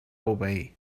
obeir